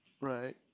Right